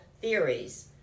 theories